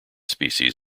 species